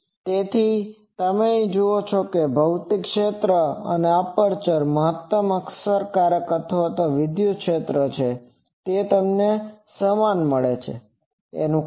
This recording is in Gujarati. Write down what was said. તેથી તમે જુઓ છો કે ભૌતિક ક્ષેત્ર અને એપ્રેચર મહત્તમ અસરકારક અથવા વિદ્યુત ક્ષેત્ર તે સમાન છે કેમ